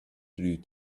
through